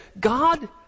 God